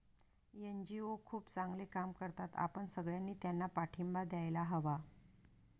NGO खूप चांगले काम करतात, आपण सगळ्यांनी त्यांना पाठिंबा द्यायला हवा